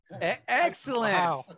Excellent